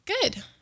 good